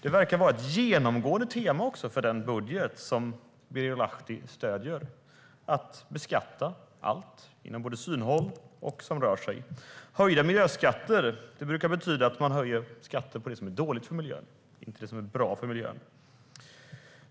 Det verkar vara ett genomgående tema för den budget som Birger Lahti stöder att beskatta både allt inom synhåll och allt som rör sig. Höjda miljöskatter brukar betyda att man höjer skatter på det som är dåligt för miljön, inte på det som är bra för miljön.